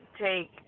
take